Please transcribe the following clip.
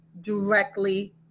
directly